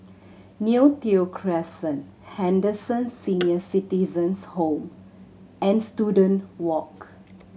Neo Tiew Crescent Henderson Senior Citizens' Home and Student Walk